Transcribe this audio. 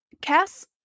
Cass